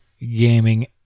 gaming